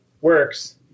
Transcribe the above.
works